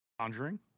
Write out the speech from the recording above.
Conjuring